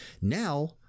Now